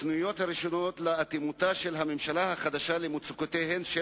הסנוניות הראשונות לאטימותה של הממשלה החדשה למצוקותיהם של